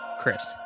Chris